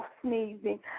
sneezing